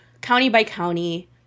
county-by-county